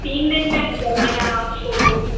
तीन दिन में आजाइए मैं शोरूम